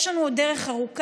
יש לנו עוד דרך ארוכה.